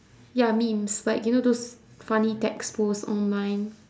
ya memes like you know those funny text post online